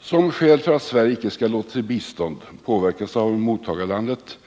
Som skäl för att Sverige inte skall låta sitt bistånd påverkas av om mottagarlandet